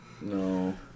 No